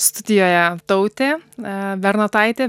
studijoje tautė bernotaitė